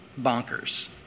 bonkers